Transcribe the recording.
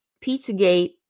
Pizzagate